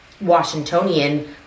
Washingtonian